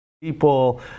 people